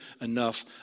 enough